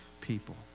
people